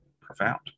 profound